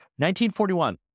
1941